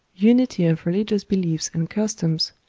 unity of religious beliefs and customs,